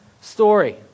story